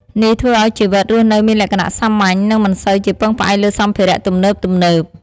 នេះធ្វើឲ្យជីវិតរស់នៅមានលក្ខណៈសាមញ្ញ និងមិនសូវជាពឹងផ្អែកលើសម្ភារៈទំនើបៗ។